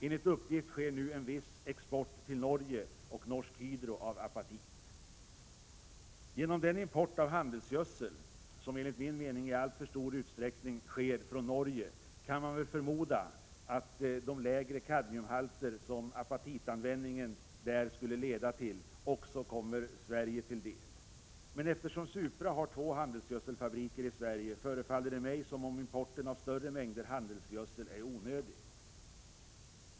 Enligt uppgift sker nu en viss export av apatit till Norsk Hydro i Norge. Genom den import av handelsgödsel som, enligt min mening, i alltför stor utsträckning sker från Norge kan man väl förmoda att de lägre kadmiumhalter som apatitanvändningen där skulle leda till också kommer Sverige till del. Men eftersom Supra har två handelsgödselfabriker i Sverige förefaller det mig som om importen av större mängder handelsgödsel är onödig.